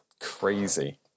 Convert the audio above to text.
crazy